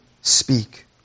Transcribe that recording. speak